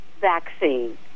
vaccine